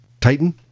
Titan